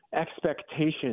expectations